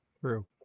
True